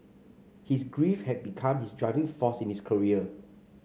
his grief had become his driving force in his career